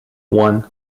one